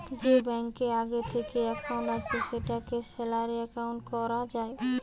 যে ব্যাংকে আগে থিকেই একাউন্ট আছে সেটাকে স্যালারি একাউন্ট কোরা যায়